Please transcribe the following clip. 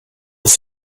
was